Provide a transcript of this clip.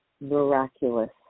miraculous